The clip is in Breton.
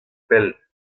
pell